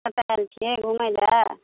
घुमै लए